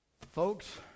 Folks